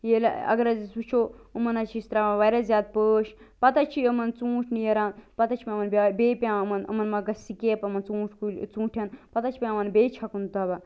ییٚلہِ اگر حظ أسۍ وُچھو یِمن حظ چھِ أسۍ ترٛاوان وارِیاہ زیادٕ پٲشۍ پتہٕ حظ چھِ یمن ژونٛٹھۍ نیران پتہٕ حظ چھِ پیٚوان بیٚیہِ پیٚوان یِمن یِمن ما گَژھہِ سِکیب یِمن ژوٗنٛٹھۍ کُلۍ ٲں ژوٗنٛٹھیٚن پتہٕ حظ چھِ پیٚوان بیٚیہِ چھَکُن دوا